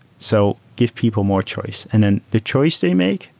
so give people more choice. and then the choice they make,